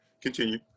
continue